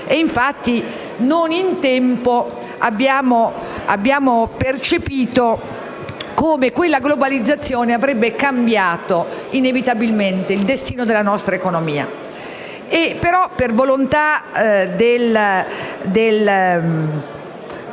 Infatti, non abbiamo percepito in tempo come quella globalizzazione avrebbe cambiato inevitabilmente il destino della nostra economia.